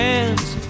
Hands